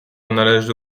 należy